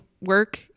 work